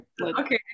Okay